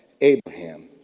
Abraham